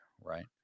right